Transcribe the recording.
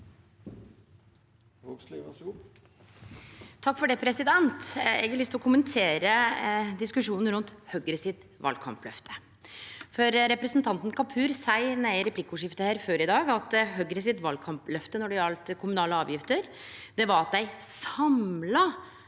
Vågslid (A) Eg har lyst til å kom- mentere diskusjonen rundt Høgres valkampløfte. Representanten Kapur sa i replikkordskiftet her før i dag at Høgres valkampløfte når det gjaldt kommunale avgifter, var at dei samla